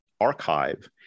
archive